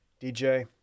DJ